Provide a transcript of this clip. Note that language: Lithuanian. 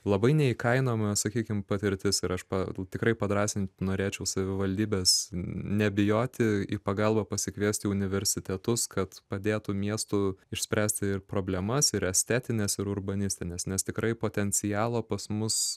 labai neįkainojama sakykim patirtis ir aš pat tikrai padrąsinti norėčiau savivaldybes nebijoti į pagalbą pasikviesti universitetus kad padėtų miestų išspręsti ir problemas ir estetines ir urbanistines nes tikrai potencialo pas mus